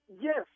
Yes